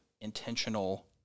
intentional